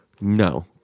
No